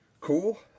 Cool